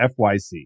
FYC